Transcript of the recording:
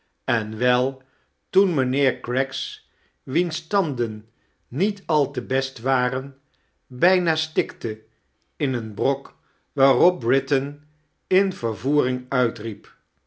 en wel toen mrjnheear craggs wima tanden niet al te best waren bijna stikte in een brok waarop britain in vervoering ultriep